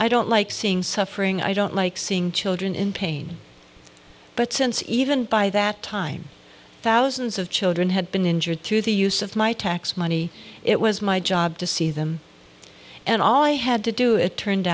i don't like seeing suffering i don't like seeing children in pain but since even by that time thousands of children had been injured through the use of my tax money it was my job to see them and all i had to do it turned